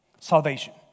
salvation